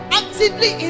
actively